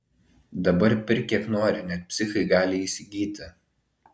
dabar pirk kiek nori net psichai gali įsigyti